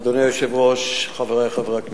אדוני היושב-ראש, חברי חברי הכנסת,